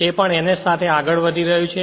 તે પણ ns સાથે આગળ વધી રહ્યું છે